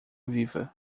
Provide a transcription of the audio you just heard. viva